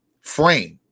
frame